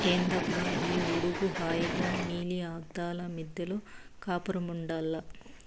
ఏందబ్బా ఈ ఉడుకు హాయిగా నీలి అద్దాల మిద్దెలో కాపురముండాల్ల